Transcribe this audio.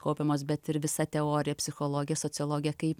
kaupiamos bet ir visa teorija psichologija sociologija kaip